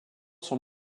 sont